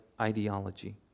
ideology